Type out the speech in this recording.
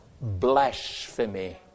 blasphemy